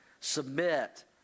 submit